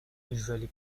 usually